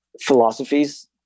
philosophies